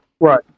Right